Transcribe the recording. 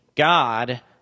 God